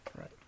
right